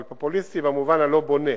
אבל פופוליסטי במובן הלא-בונה.